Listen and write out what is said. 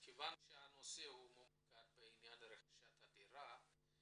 אז כיוון שהנושא ממוקד ברכישת דירה,